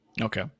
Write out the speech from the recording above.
Okay